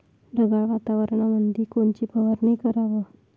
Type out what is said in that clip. ढगाळ वातावरणामंदी कोनची फवारनी कराव?